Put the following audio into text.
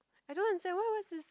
I don't understand why what's this